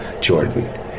Jordan